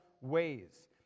ways